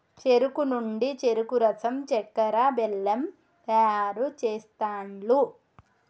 చెరుకు నుండి చెరుకు రసం చెక్కర, బెల్లం తయారు చేస్తాండ్లు